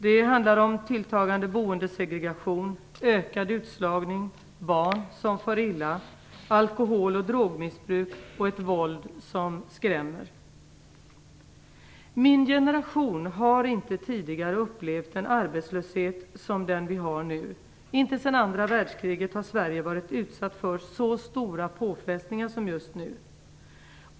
Det handlar om tilltagande boendesegregation, ökad utslagning, barn som far illa, alkoholoch drogmissbruk och ett våld som skrämmer. Min generation har inte tidigare upplevt en arbetslöshet som den vi har nu. Inte sedan andra världskriget har Sverige varit utsatt för så stora påfrestningar som just nu.